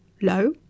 Low